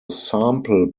sample